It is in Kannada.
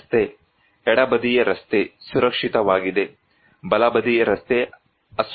ಈ ರಸ್ತೆ ಎಡಬದಿಯ ರಸ್ತೆ ಸುರಕ್ಷಿತವಾಗಿದೆ ಬಲಬದಿಯ ರಸ್ತೆ ಅಸುರಕ್ಷಿತವಾಗಿದೆ